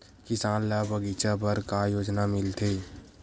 किसान ल बगीचा बर का योजना मिलथे?